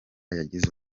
yagize